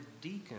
deacon